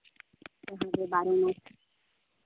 ᱡᱩᱫᱤ ᱵᱟᱝ